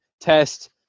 test